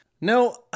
no